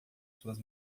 suas